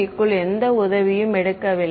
க்குள் எந்த உதவியும் எடுக்கவில்லை